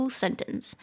sentence